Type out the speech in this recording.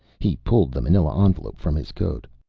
he pulled the manila envelope from his coat.